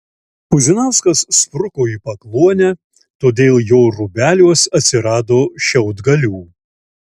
puzinauskas spruko į pakluonę todėl jo rūbeliuos atsirado šiaudgalių